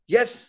Yes